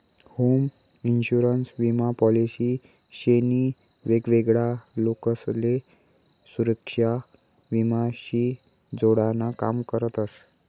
home insurance विमा policy शे नी वेगवेगळा लोकसले सुरेक्षा विमा शी जोडान काम करतस